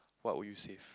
what will you save